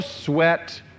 sweat